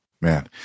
Man